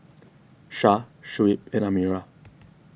Syah Shuib and Amirah